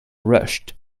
rushed